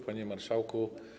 Panie Marszałku!